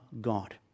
God